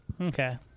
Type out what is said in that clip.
Okay